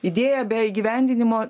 idėja be įgyvendinimo